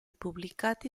pubblicati